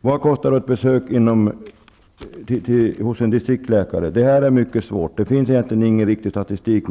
Vad kostar ett besök hos en distriktsläkare? Det är svårt att säga, eftersom det egentligen inte finns någon statistik.